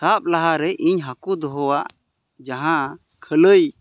ᱥᱟᱵ ᱞᱟᱦᱟ ᱨᱮ ᱤᱧ ᱦᱟ ᱠᱩ ᱫᱚᱦᱚᱣᱟᱜ ᱡᱟᱦᱟᱸ ᱠᱷᱟᱹᱞᱟᱹᱭ